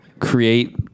create